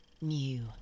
new